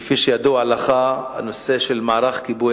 כי כפי שידוע לך הנושא של מערך כיבוי